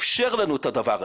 אפשר לנו את הדבר הזה.